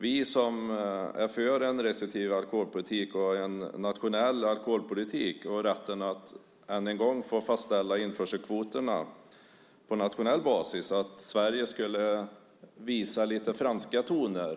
Vi som är för en restriktiv nationell alkoholpolitik och rätten att än en gång få fastställa införselkvoterna på nationell basis hoppas att Sverige skulle visa lite franska toner.